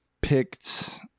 picked